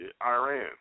Iran